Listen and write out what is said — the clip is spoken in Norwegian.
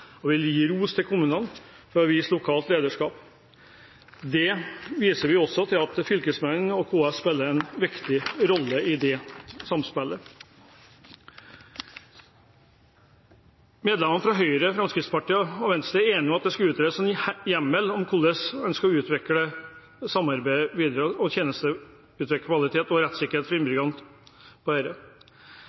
og vil gi ros til kommunene for å ha vist lokalt lederskap. Vi viser også til at fylkesmennene og KS spiller en viktig rolle i det samspillet. Medlemmene fra Høyre, Fremskrittspartiet, Kristelig Folkeparti og Venstre er enige om at det skal utredes en hjemmel som avklarer hvordan en gjennom en samarbeidsregel skal sikre tjenestekvalitet og rettssikkerhet for innbyggerne.